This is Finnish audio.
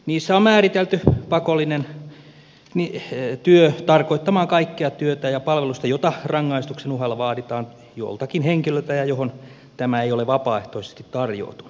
niissä on määritelty pakollinen työ tarkoittamaan kaikkea työtä ja palvelusta jota rangaistuksen uhalla vaaditaan joltakin henkilöltä ja johon tämä ei ole vapaaehtoisesti tarjoutunut